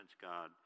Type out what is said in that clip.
God